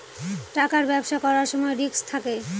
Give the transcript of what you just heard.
টাকার ব্যবসা করার সময় রিস্ক থাকে